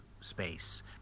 space